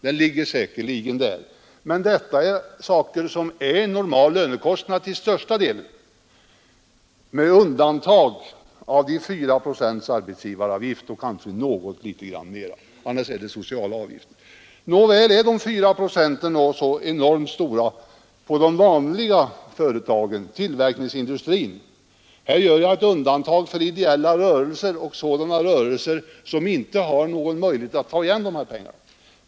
Men detta är sociala utgifter som innebär normal lönekostnad till största delen — med undantag av de 4 procenten arbetsgivaravgift och kanske något litet mera. Nåväl, är de 4 procenten så enormt mycket för de vanliga företagen i tillverkningsindustrin? Här gör jag ett undantag för ideella rörelser och sådana rörelser som inte har någon möjlighet att ta igen de här pengarna.